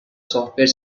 software